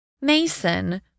Mason